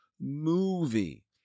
movie